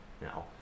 No